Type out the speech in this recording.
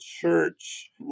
church